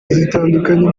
zitandukanye